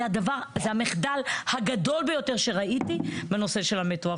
זה הדבר זה המחדל הגדול ביותר שראיתי בנושא של המטרו.